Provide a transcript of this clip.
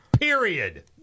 period